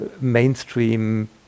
mainstream